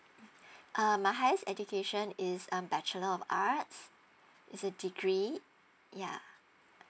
uh my highest education is um bachelor of art its a degree ya